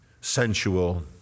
sensual